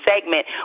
segment